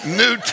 new